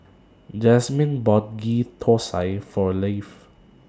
Jazmine bought Ghee Thosai For Lafe